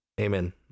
Amen